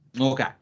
Okay